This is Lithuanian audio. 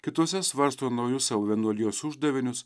kituose svarsto naujus vienuolijos uždavinius